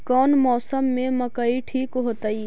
कौन मौसम में मकई ठिक होतइ?